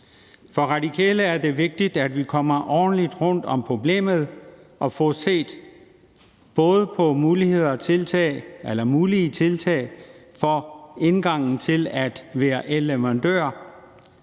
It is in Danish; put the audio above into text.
For Radikale er det vigtigt, at vi kommer ordentligt rundt om problemet og får set både på mulige tiltag for indgangen til at være elleverandør,